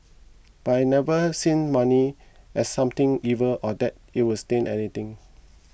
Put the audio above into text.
but I've never seen money as something evil or that it was taint anything